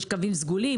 יש קווים סגולים,